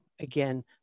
again